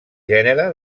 gènere